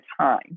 time